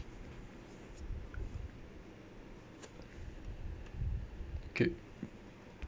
okay